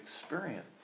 experience